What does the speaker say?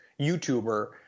YouTuber